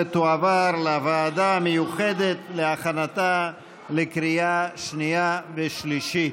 ותועבר לוועדה המיוחדת להכנתה לקריאה שנייה ושלישית.